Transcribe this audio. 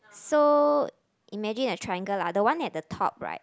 so imagine a triangle lah the one at the top right